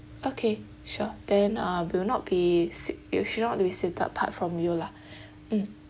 okay sure then uh will not be sit if she not be seated apart from you lah mm